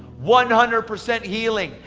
one hundred percent healing.